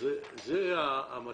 זה המצב.